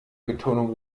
betonung